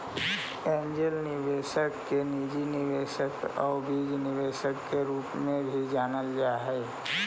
angel निवेशक के निजी निवेशक आउ बीज निवेशक के रूप में भी जानल जा हइ